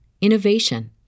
innovation